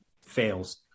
fails